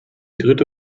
dritte